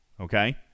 okay